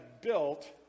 built